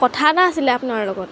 কথা এটা আছিলে আপোনাৰ লগত